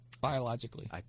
Biologically